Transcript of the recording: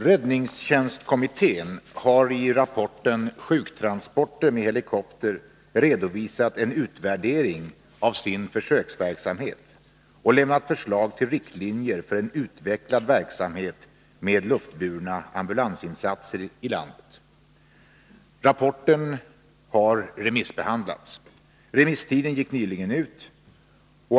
Räddningstjänstkommittén har i rapporten Sjuktransporter med helikopter redovisat en utvärdering av sin försöksverksamhet och lämnat förslag till riktlinjer för en utvecklad verksamhet med luftburna ambulansinsatser i landet. Rapporten har remissbehandlats. Remisstiden gick nyligen ut.